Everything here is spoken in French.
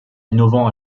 innovant